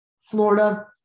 Florida